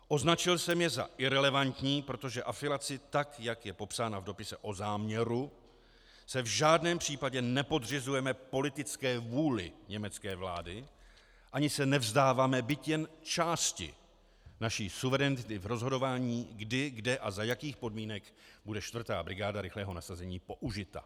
Označil jsem je za irelevantní, protože afilací, tak jak je popsána v dopise o záměru, se v žádném případě nepodřizujeme politické vůli německé vlády ani se nevzdáváme byť jen části naší suverenity v rozhodování kdy, kde a za jakých podmínek bude 4. brigáda rychlého nasazení použita.